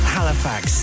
Halifax